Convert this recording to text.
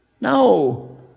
No